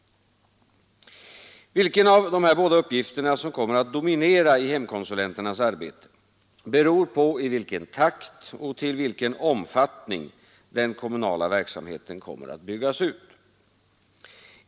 Vilken av dessa båda uppgifter som kommer att dominera i hemkonsulenternas arbete beror på i vilken takt och till vilken omfattning den kommunala verksamheten kommer att byggas ut.